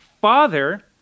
father